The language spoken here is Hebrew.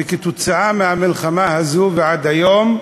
וכתוצאה מהמלחמה הזאת, ועד היום,